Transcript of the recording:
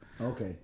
okay